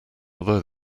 although